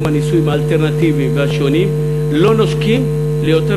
הנישואים האלטרנטיביים והשונים לא נושקים ליותר